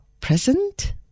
present